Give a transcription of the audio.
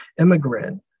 immigrant